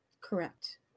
Correct